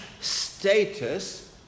status